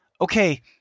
okay